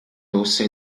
rossa